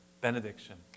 benediction